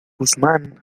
guzmán